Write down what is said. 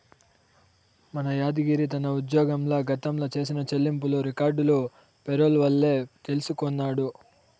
మన యాద్గిరి తన ఉజ్జోగంల గతంల చేసిన చెల్లింపులు రికార్డులు పేరోల్ వల్లే తెల్సికొన్నాడు